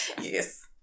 Yes